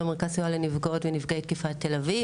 במרכז סיוע לנפגעות ונפגעי תקיפה תל אביב,